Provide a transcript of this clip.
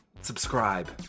subscribe